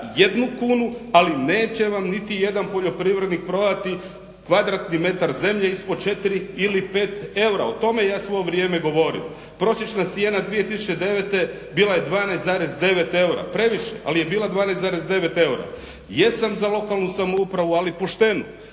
jednu kunu, ali neće vam niti jedan poljoprivrednik prodati kvadratni metar zemlje ispod 4 ili 5 eura, o tome ja svo ovo vrijeme govorim. Prosječna cijena 2009. bila je 12,9 eura, previše, ali je bila 12,9 eura. Jesam za lokalnu samoupravu ali poštenu.